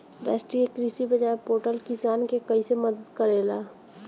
राष्ट्रीय कृषि बाजार पोर्टल किसान के कइसे मदद करेला?